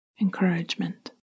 encouragement